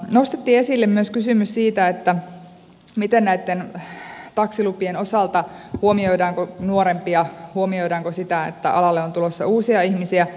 nostettiin esille myös kysymys siitä miten näitten taksilupien osalta huomioidaan nuorempia huomioidaanko sitä että alalle on tulossa uusia ihmisiä